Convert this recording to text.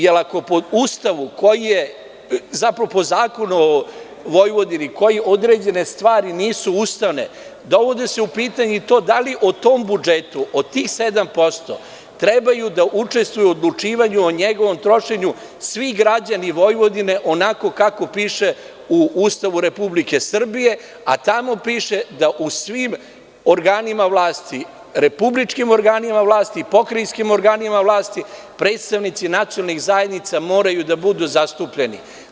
Jer, ako po zakonu o Vojvodini kojim određene stvari nisu ustavne, dovodi se u pitanje i to da li u tom budžetu od tih 7% treba da učestvuju u odlučivanju o njegovom trošenju svi građani Vojvodine, onako kako piše u Ustavu Republike Srbije, a tamo piše da u svim organima vlasti, republičkim organima vlasti, pokrajinskim organima vlasti, predstavnici nacionalnih zajednica moraju da budu zastupljeni.